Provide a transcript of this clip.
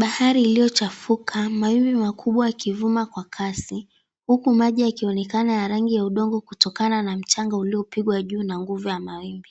Bahari iliyochafuka, mawimbi makubwa yakivuma kwa kasi huku maji yakionekana ya rangi ya udongo kutokana na mchanga uliopigwa juu na nguvu ya mawimbi